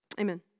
Amen